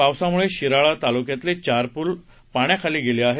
पावसामुळे शिराळा तालुक्यातले चार पूल पाण्याखाली गेले आहेत